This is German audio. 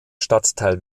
stadtteil